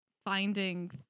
Finding